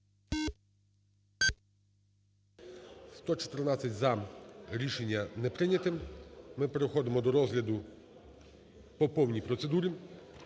За-114 Рішення не прийняте. Ми переходимо до розгляду по повній процедурі.